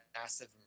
massive